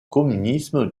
communisme